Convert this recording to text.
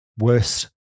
worst